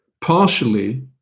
partially